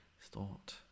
thought